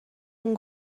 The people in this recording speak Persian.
اون